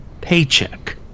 paycheck